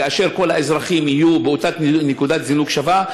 כאשר כל האזרחים יהיו בנקודת זינוק שווה,